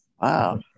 Wow